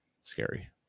Scary